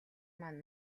маань